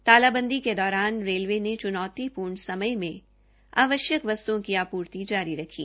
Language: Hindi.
तालाबंदी अदृश्य के दौरान रेलवे ने च्नौतीपूर्ण समय में आवश्यक वस्तुओं की आपूर्ति जारी रखी